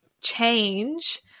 change